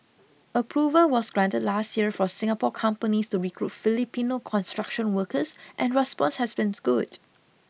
approval was granted last year for Singapore companies to recruit Filipino construction workers and response has been good